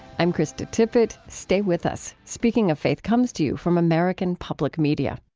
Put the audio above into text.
i'm krista tippett. stay with us. speaking of faith comes to you from american public media